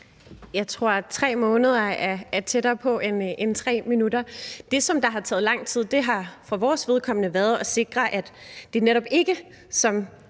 Jeg tror, at 3 måneder er tættere på end 3 minutter. Det, som har taget lang tid, har for vores vedkommende været at sikre, at det netop ikke, som